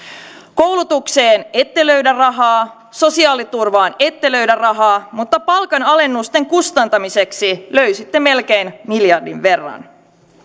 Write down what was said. koulutukseen ette löydä rahaa sosiaaliturvaan ette löydä rahaa mutta palkanalennusten kustantamiseksi löysitte melkein miljardin verran